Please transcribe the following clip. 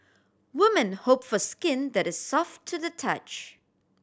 women hope for skin that is soft to the touch